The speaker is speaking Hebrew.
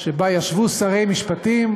שבה ישבו שרי משפטים